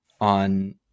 on